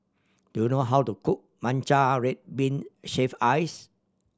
do you know how to cook matcha red bean shaved ice